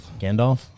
Gandalf